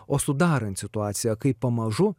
o sudarant situaciją kai pamažu